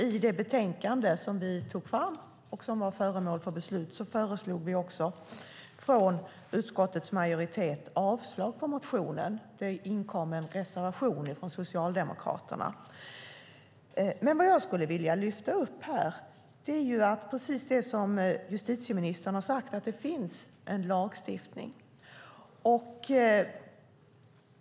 I det betänkande som vi tog fram och som var föremål för beslut föreslog vi från utskottets majoritet avslag på motionen, och det inkom en reservation från Socialdemokraterna. Vad jag skulle vilja lyfta upp här är, precis som justitieministern har sagt, att det finns en lagstiftning.